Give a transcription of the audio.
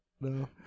No